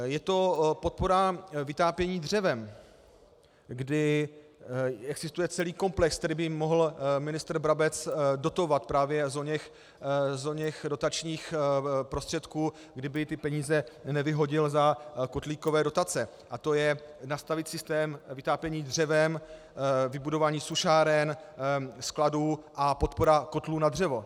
Je to podpora vytápění dřevem, kdy existuje celý komplex, který by mohl ministr Brabec dotovat právě z oněch dotačních prostředků, kdyby ty peníze nevyhodil za kotlíkové dotace, a to je nastavit systém vytápění dřevem, vybudování sušáren, skladů a podpora kotlů na dřevo.